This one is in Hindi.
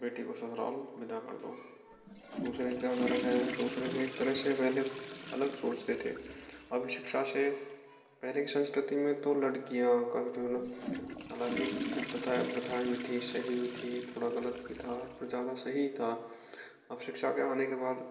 बेटी को ससुराल विदा कर दो दूसरे क्या करे हैं दूसरे का एक तरह से पहले अलग सोचते थे अब शिक्षा से पहले की संस्कृति में तो लड़कियाँ हालांकि कुप्रथाएँ प्रथाएँ भी थीं सही भी थी थोड़ा गलत भी था पर ज़्यादा सही था अब शिक्षा के आने के बाद